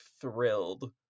thrilled